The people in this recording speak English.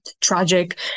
tragic